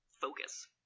focus